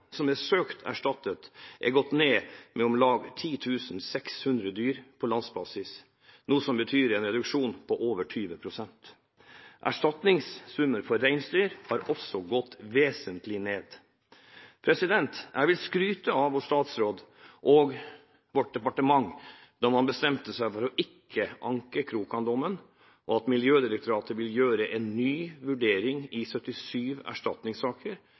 som er søkt erstattet, er gått ned med om lag 10 600 dyr på landsbasis, noe som betyr en reduksjon på over 20 pst. Erstatningssummen for reinsdyr har også gått vesentlig ned. Jeg vil skryte av vår statsråd og vårt departement for at man bestemte seg for ikke å anke Krokann-dommen, og for at Miljødirektoratet vil gjøre en ny vurdering i 77 erstatningssaker